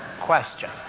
question